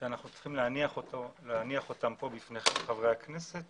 שאני רוצה להניח בפני חברי הכנסת